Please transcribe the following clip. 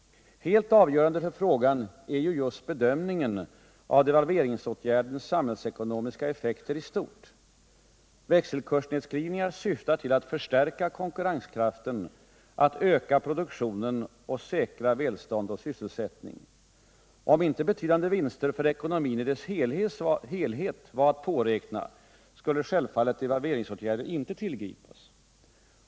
Helt avgörande för frågan är ju just bedömningen av devalveringsåtgärdens samhällsekonomiska effekter i stort. Växelkursnedskrivningar syftar till att förstärka konkurrenskraften, att öka produktionen och säkra välstånd och sysselsättning. Om inte betydande vinster för ekonomin i dess helhet var att påräkna, skulle självfallet devalveringsåtgärder icke tillgripas.